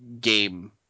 game